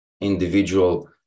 individual